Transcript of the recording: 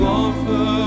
offer